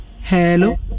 hello